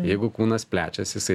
jeigu kūnas plečiasi jisai